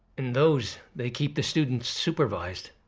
in those, they keep the students supervised,